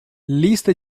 lista